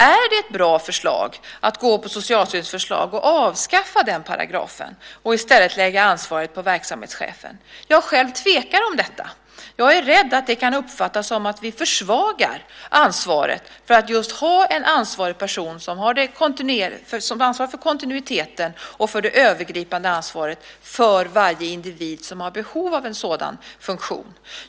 Är det bra att gå på Socialstyrelsens förslag, att avskaffa den paragrafen och i stället lägga ansvaret på verksamhetschefen? Jag själv tvekar om detta. Jag är rädd att det kan uppfattas som att vi försvagar ansvaret, om en person ansvarar för kontinuiteten och har det övergripande ansvaret för varje individ som har behov av en sådan funktion.